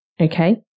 Okay